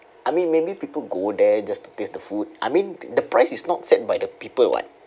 I mean maybe people go there just to taste the food I mean the price is not set by the people what